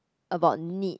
about neat